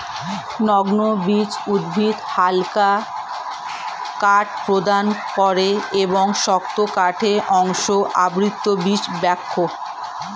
নগ্নবীজ উদ্ভিদ হালকা কাঠ প্রদান করে এবং শক্ত কাঠের উৎস আবৃতবীজ বৃক্ষ